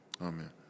Amen